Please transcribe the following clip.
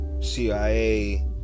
CIA